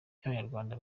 nk’abanyarwanda